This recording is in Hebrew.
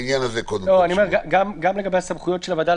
גם לגבי הסמכויות של הוועדה,